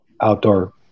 outdoor